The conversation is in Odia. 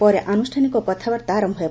ପରେ ଆନୁଷ୍ଠାନିକ କଥାବାର୍ତ୍ତା ଆରମ୍ଭ ହେବ